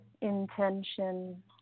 intention